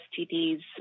STDs